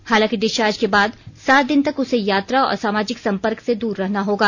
हालांकि डिस्चार्ज के बाद सात दिन तक उसे यात्रा और सामाजिक संपर्क से दूर रहना होगा